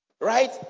Right